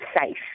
safe